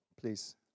please